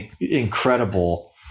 incredible